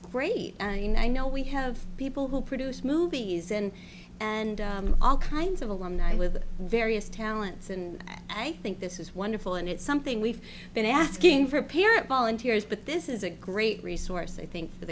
great and i know we have people who produce movies and and all kinds of alumni with various talents and i think this is wonderful and it's something we've been asking for parent volunteers but this is a great resource i think for